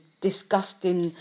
disgusting